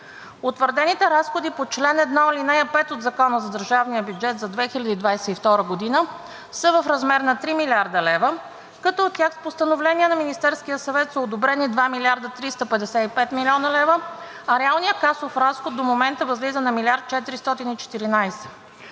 Утвърдените разходи по чл. 1, ал. 5 от Закона за държавния бюджет за 2022 г. са в размер на 3 млрд. лв., като от тях с Постановление на Министерския съвет са одобрени 2 млрд. 355 млн. лв., а реалният касов разход до момента възлиза на 1 млрд. 414.